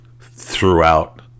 throughout